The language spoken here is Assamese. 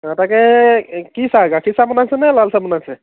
অঁ তাকে কি চাহ গাখীৰ চাহ বনাইছে নে লাল চাহ বনাইছে